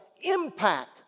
impact